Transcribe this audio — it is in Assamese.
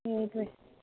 সেইটোৱে